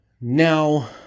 Now